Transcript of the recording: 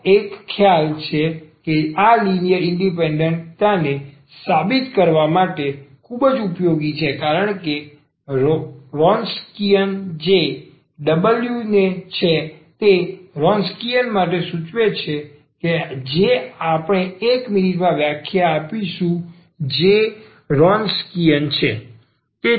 એક ખ્યાલ જે આ લિનિયર ઇન્ડિપેન્ડન્ટ તાને સાબિત કરવા માટે ખૂબ જ ઉપયોગી છે કારણ કે ર્રોન્સકિઅન જે W છે તે ર્રોન્સકિઅન માટે સૂચક છે જે આપણે એક મિનિટમાં વ્યાખ્યા આપીશું જે ર્રોન્સકિઅન છે